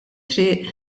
triq